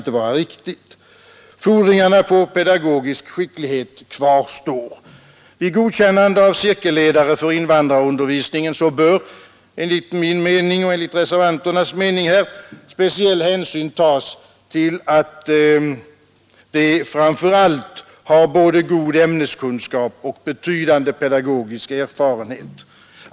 Fordringarna på pedagogisk skicklighet kvarstår. Vid godkännande av cirkelledare för invandrarundervisningen bör enligt min och reservanternas mening speciell hänsyn tas till att de har både god ämneskunskap och betydande pedagogisk erfarenhet.